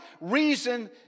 reason